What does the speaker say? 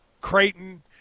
Creighton